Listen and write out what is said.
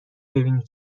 ببینی